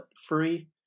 free